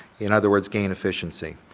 in other words, gain efficiency.